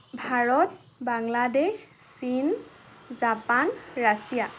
ভাৰত বাংলাদেশ চীন Japan Russia